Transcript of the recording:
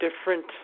different